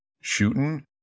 shooting